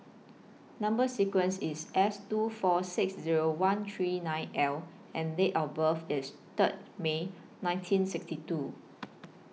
Number sequence IS S two four six Zero one three nine L and Date of birth IS Third May nineteen sixty two